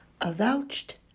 avouched